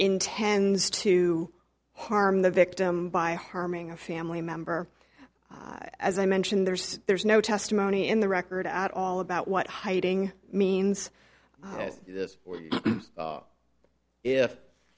intends to harm the victim by harming a family member as i mentioned there's there's no testimony in the record at all about what hiding means